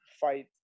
fight